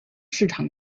市场